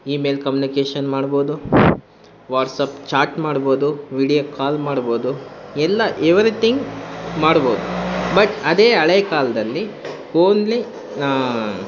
email communication ಮಾಡ್ಬೋದು WhatsApp chat ಮಾಡ್ಬೋದು video call ಮಾಡ್ಬೋದು ಎಲ್ಲ ಎವರಿತಿಂಗ್ ಮಾಡ್ಬೋದು ಬಟ್ ಅದೇ ಹಳೆ ಕಾಲದಲ್ಲಿ ಓನ್ಲಿ